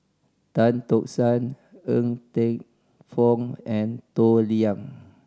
Tan Tock San Ng Teng Fong and Toh Liying